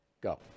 Go